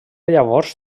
llavors